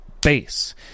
base